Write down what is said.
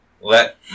let